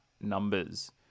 numbers